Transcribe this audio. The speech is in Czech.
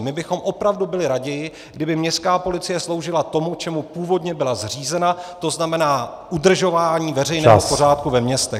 My bychom opravdu byli raději, kdyby městská policie sloužila tomu, čemu původně zřízena, to znamená udržování veřejného pořádku ve městech.